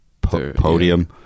podium